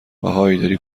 اهای، داری